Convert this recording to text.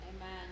amen